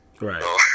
Right